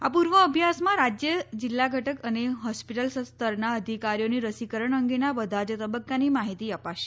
આ પૂર્વઅભ્યાસમાં રાજ્ય જિલ્લાધટક અને હોસ્પીટલ સ્તરનાં અધિકારીઓને રસીકરણ અંગેનાં બધા જ તબક્કાની માહિતી આપાશે